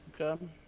Okay